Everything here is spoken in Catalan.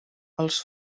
els